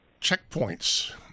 checkpoints